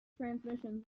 transmissions